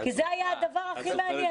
כי זה היה הדבר הכי מעניין.